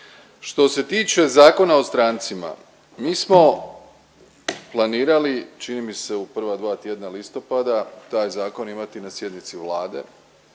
Što se tiče Zakona o strancima mi smo planirali čini mi se u prva dva tjedna listopada taj zakon imati na sjednici Vlade.